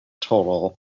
total